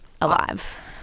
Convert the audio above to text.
alive